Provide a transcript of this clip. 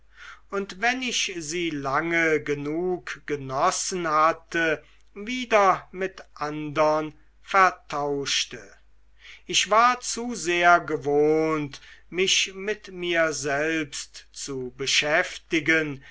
und wenn ich sie lange genug genossen hatte wieder mit andern vertauschte ich war zu sehr gewohnt mich mit mir selbst zu beschäftigen